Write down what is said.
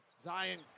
Zion